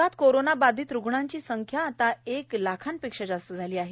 जगात कोरोना बाधित रुग्णांची संख्या आता एक लाखापेक्षा जास्त झाली आहे